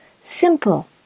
simple